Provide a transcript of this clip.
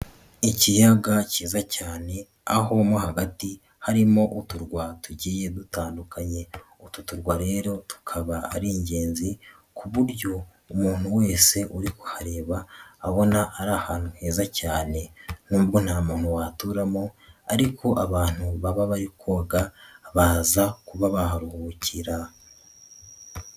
Ikiyaga kiza cyane aho mo hagati harimo uturwa tugiye dutandukanye. Utu turwa rero tukaba ari ingenzi ku buryo umuntu wese uri kuhareba abona ari ahantu heza cyane, nubwo nta muntu waturamo ariko abantu baba bari koga baza kuba baharuhukira.